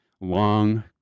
long